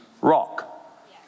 rock